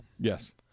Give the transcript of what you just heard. Yes